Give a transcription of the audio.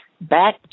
back